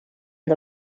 the